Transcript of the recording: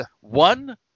one